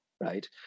right